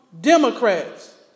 Democrats